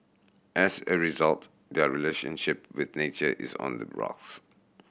as a result their relationship with nature is on the rocks